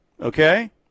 Okay